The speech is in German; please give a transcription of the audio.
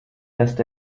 lässt